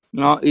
no